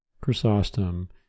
Chrysostom